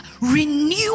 renew